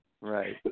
Right